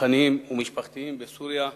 פולחניים ומשפחתיים בסוריה ובלבנון.